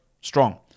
Strong